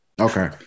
Okay